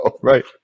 Right